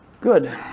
Good